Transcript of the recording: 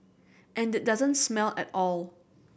and it doesn't smell at all